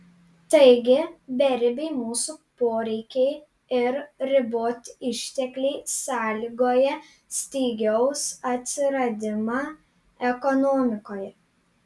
taigi beribiai mūsų poreikiai ir riboti ištekliai sąlygoja stygiaus atsiradimą ekonomikoje